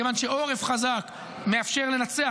מכיוון שעורף חזק מאפשר לנצח,